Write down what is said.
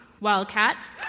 Wildcats